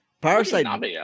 Parasite